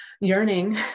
yearning